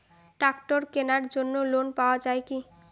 ট্রাক্টরের কেনার জন্য লোন পাওয়া যায় কি?